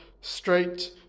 straight